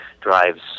drives